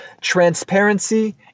transparency